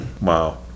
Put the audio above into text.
wow